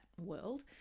world